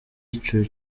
ico